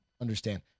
Understand